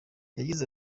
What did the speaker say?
yagize